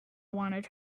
wanted